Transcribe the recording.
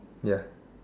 ya